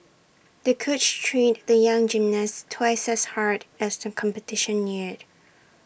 the coach trained the young gymnast twice as hard as the competition neared